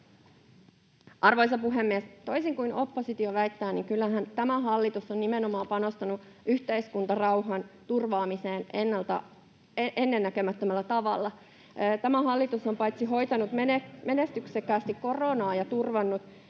Arvoisa puhemies! Toisin kuin oppositio väittää, niin kyllähän tämä hallitus on nimenomaan panostanut yhteiskuntarauhan turvaamiseen ennennäkemättömällä tavalla. [Vilhelm Junnila: Kerro lisää!] Tämä hallitus on paitsi hoitanut menestyksekkäästi koronaa ja turvannut